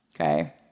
okay